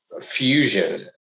fusion